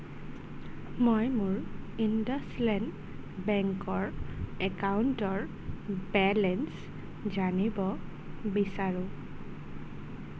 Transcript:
মই মোৰ IndusInd বেংকৰ একাউণ্টৰ বেলেঞ্চ জানিব বিচাৰোঁ